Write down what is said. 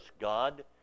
god